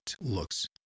looks